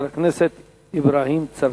חבר הכנסת אברהים צרצור.